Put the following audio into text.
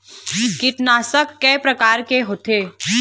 कीटनाशक कय प्रकार के होथे?